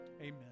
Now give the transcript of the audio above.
Amen